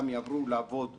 הוא היה יושב ראש